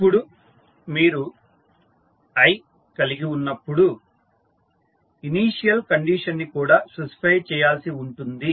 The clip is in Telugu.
ఇప్పుడు మీరు i కలిగి ఉన్నప్పుడు ఇనీషియల్ కండిషన్ ని కూడా స్పెసిఫై చేయాల్సి ఉంటుంది